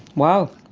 wow.